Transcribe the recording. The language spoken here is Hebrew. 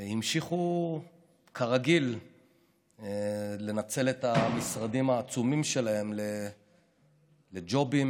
המשיכו כרגיל לנצל את המשרדים העצומים שלהם לג'ובים